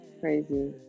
crazy